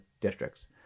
districts